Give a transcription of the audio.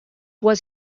was